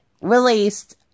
released